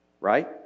right